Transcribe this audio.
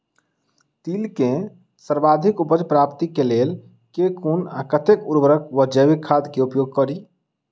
तिल केँ सर्वाधिक उपज प्राप्ति केँ लेल केँ कुन आ कतेक उर्वरक वा जैविक खाद केँ उपयोग करि?